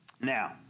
Now